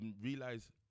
realize